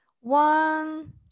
One